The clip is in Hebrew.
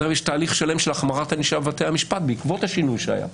יש תהליך שלם של החמרת ענישה בבתי המשפט וזה בעקבות השינוי שהיה כאן.